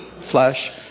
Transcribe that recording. Flesh